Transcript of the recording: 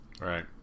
Right